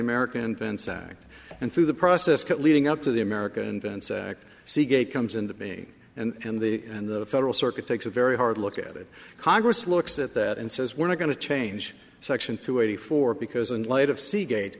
american fence act and through the process leading up to the america invents act seagate comes into me and the and the federal circuit takes a very hard look at it congress looks at that and says we're not going to change section two eighty four because in light of seagate